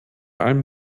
alm